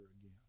again